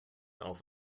auf